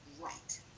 right